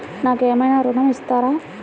నాకు ఏమైనా ఋణం ఇస్తారా?